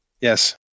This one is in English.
Yes